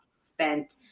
spent